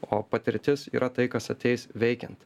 o patirtis yra tai kas ateis veikiant